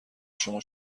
شما